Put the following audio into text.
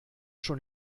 schon